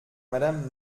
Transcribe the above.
madame